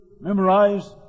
memorize